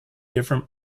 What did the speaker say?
different